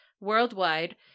worldwide